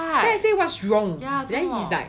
then I say what's wrong but then he is like